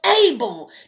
able